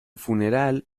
funeral